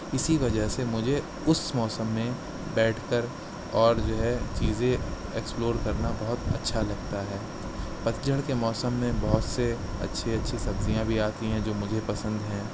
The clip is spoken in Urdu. اسی وجہ سے مجھے اس موسم میں بیٹھ کر اور جو ہے چیزیں ایکسپلور کرنا بہت اچھا لگتا ہے پتجھڑ کے موسم میں بہت سے اچھی اچھی سبزیاں بھی آتی ہیں جو مجھے پسند ہیں